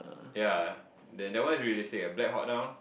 yea that that one is really sick ah black hot now